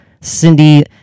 cindy